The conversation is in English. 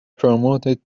promoted